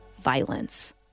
violence